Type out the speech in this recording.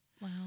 Wow